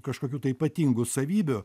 kažkokių tai ypatingų savybių